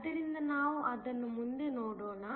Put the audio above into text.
ಆದ್ದರಿಂದ ನಾವು ಅದನ್ನು ಮುಂದೆ ನೋಡೋಣ